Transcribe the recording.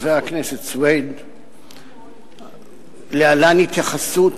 חבר הכנסת סוייד, להלן התייחסות